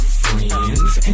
friends